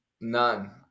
None